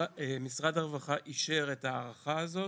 משרד הרווחה אישר את ההארכה הזאת,